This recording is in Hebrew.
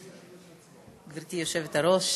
גברתי היושבת-ראש,